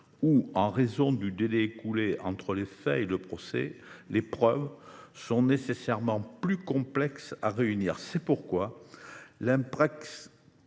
où, en raison du délai écoulé entre les faits et le procès, les preuves sont nécessairement plus complexes à réunir. C’est pourquoi